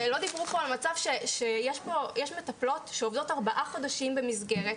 לא דיברו פה על מצב שיש מטפלות שעובדות ארבעה חודשים במסגרת,